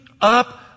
up